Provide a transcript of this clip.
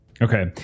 Okay